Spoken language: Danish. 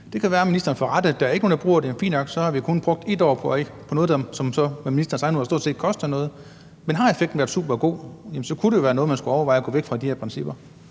Det kan være, ministeren får ret i, at der ikke er nogen, der bruger det. Fint nok – så har vi kun brugt 1 år på noget, som så med ministerens egne ord stort set ikke koster noget. Men har effekten været super god, jamen så kunne det jo være noget, man skulle overveje, altså at gå væk fra de her principper.